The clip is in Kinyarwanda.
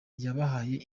yabahaye